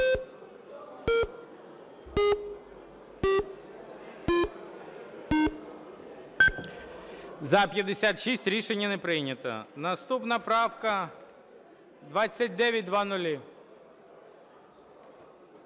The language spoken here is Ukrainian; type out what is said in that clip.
За-56 Рішення не прийнято. Наступна правка - 2900.